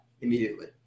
immediately